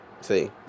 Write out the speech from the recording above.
See